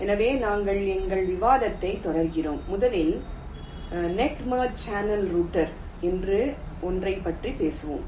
எனவே நாங்கள் எங்கள் விவாதத்தைத் தொடர்கிறோம் முதலில் நெட் மேர்ஜ் சேனல் ரௌட்டர் என்று ஒன்றைப் பற்றி பேசுவோம்